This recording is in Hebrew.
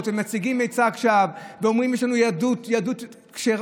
ומציגים מיצג שווא ואומרים: יש לנו יהדות כשרה,